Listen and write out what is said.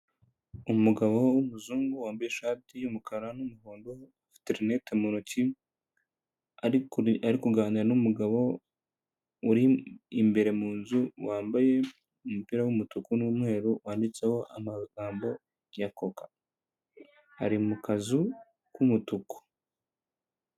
Umugabo w'umuzungu wambaye ishati y'umukara n'umuhondo ufite rinete mu ntoki ari kuganira n'umugabo uri imbere mu nzu wambaye umupira w'umutuku n'umweru wanditseho amagambo ya koka ari mu kazu k'umutuku.